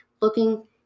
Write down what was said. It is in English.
looking